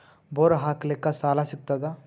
Bore ಹಾಕಲಿಕ್ಕ ಸಾಲ ಸಿಗತದ?